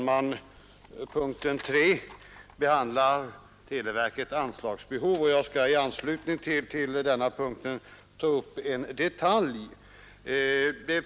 Herr talman! I anslutning till denna punkt skall jag ta upp en detalj.